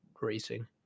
racing